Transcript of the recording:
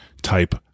type